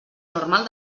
normal